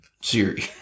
Siri